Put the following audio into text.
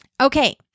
Okay